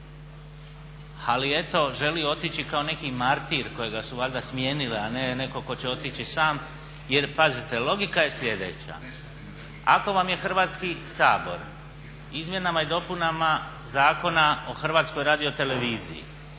ali želi otići kao neki martir kojega su valjda smijenile, a ne netko tko će otići sam. Jer pazite, logika je sljedeća, ako vam je Hrvatski sabor izmjenama i dopunama Zakona o HRT-u proširio